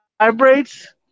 vibrates